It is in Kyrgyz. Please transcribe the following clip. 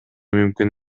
мүмкүн